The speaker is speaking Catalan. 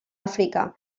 àfrica